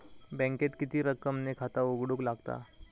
बँकेत किती रक्कम ने खाता उघडूक लागता?